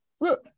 look